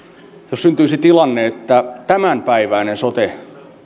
jos syntyisi tilanne että tämänpäiväinen sote